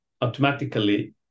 automatically